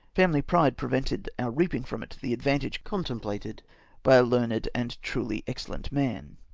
family pride prevented our reapmg from it the advantage contemplated by a learned and truly excellent man.